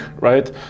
right